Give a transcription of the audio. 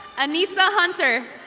anisa hunter.